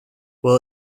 will